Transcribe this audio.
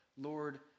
Lord